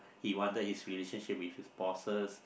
he wanted his relationship with his bosses